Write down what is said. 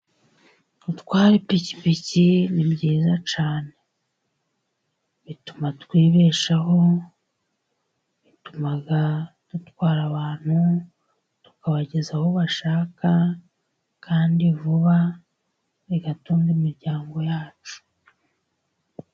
Gutwara ipikipiki ni byiza cyane, bituma twibeshaho, bituma dutwara abantu tukabageza aho bashaka, kandi vuba bitunga imiryango yacu.